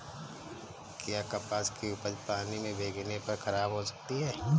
क्या कपास की उपज पानी से भीगने पर खराब हो सकती है?